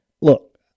look